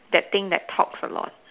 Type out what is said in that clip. that thing that talks a lot